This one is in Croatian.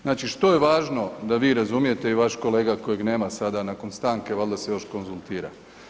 Znači što je važno da vi razumijete i vaš kolega kojeg nema sada nakon stanke valjda se još konzultira.